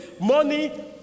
money